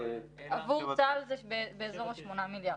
עבור צה"ל בלבד זה כשמונה מיליארד.